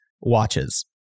watches